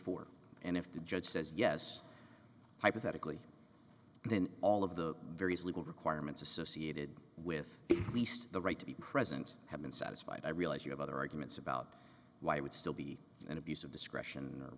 dollars and if the judge says yes hypothetically then all of the various legal requirements associated with the least the right to be present have been satisfied i realize you have other arguments about why it would still be an abuse of discretion or